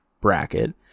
bracket